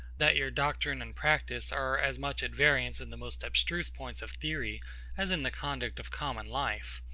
that your doctrine and practice are as much at variance in the most abstruse points of theory as in the conduct of common life.